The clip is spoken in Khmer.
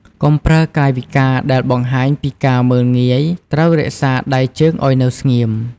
កុំប្រើកាយវិការដែលបង្ហាញពីការមើលងាយត្រូវរក្សាដៃជើងឱ្យនៅស្ងៀម។